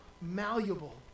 malleable